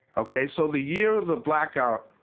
okay, so the year of the blackout,